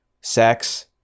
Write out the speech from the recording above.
sex